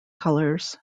colors